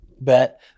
Bet